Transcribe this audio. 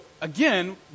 again